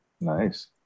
Nice